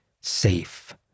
safe